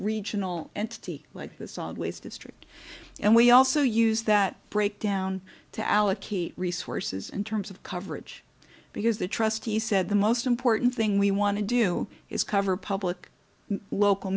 regional entity like this always district and we also use that breakdown to allocate resources in terms of coverage because the trustee said the most important thing we want to do is cover public local